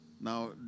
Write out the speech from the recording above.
Now